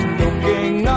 looking